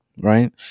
right